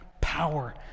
power